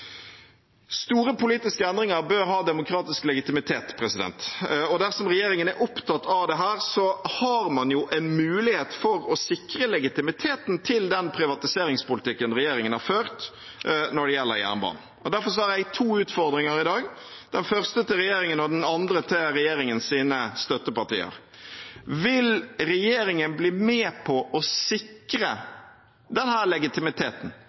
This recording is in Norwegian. Store politiske endringer bør ha demokratisk legitimitet. Dersom regjeringen er opptatt av dette, har man en mulighet til å sikre legitimiteten til den privatiseringspolitikken regjeringen har ført når det gjelder jernbanen. Derfor har jeg to utfordringer i dag, den første til regjeringen og den andre til regjeringens støtteparti: Vil regjeringen bli med på å sikre denne legitimiteten gjennom å utsette behandlingen av den